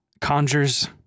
Conjures